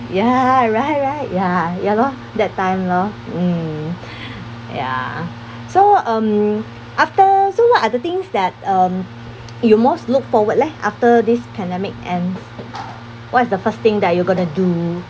ya right right ya ya lor that time lor mm ya so um after so what are the things that um you most look forward leh after this pandemic ends what is the first thing that you going to do